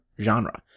genre